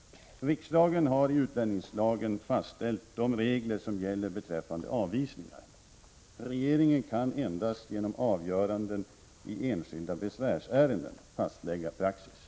Riksdagen har i utlänningslagen fastställt de regler som gäller beträffande avvisningar. Regeringen kan endast genom avgöranden i enskilda besvärsärenden fastlägga praxis.